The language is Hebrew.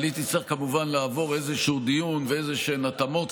אבל היא תצטרך כמובן לעבור איזשהו דיון ואיזשהן התאמות,